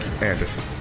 Anderson